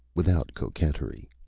without coquetry.